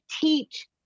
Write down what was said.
teach